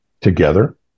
together